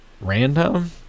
random